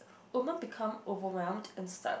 woman become overwhelmed and start